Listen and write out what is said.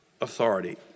authority